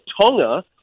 Tonga